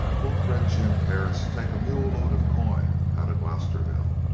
won't red jim perris take a mule-load of coin out of glosterville!